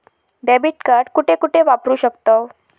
Debit card कुठे कुठे वापरू शकतव?